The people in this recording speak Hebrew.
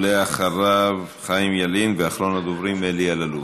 אחריו, חיים ילין, ואחרון הדוברים, אלי אלאלוף.